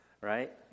right